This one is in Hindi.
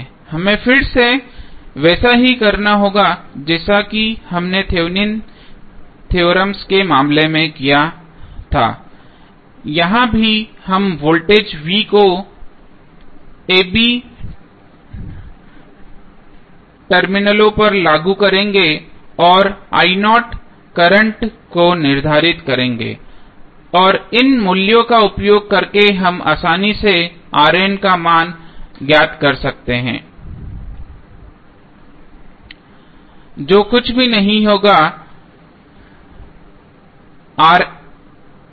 हमें फिर से वैसा ही करना होगा जैसा कि हमने थेवेनिन थ्योरम Thevenins theorem के मामले में किया था यहाँ भी हम वोल्टेज v को a b टर्मिनलों पर लागू करेंगे और करंट को निर्धारित करेंगे और इन मूल्यों का उपयोग करके हम आसानी से का मान ज्ञात कर सकते हैं जो कुछ भी नहीं है समान नहींको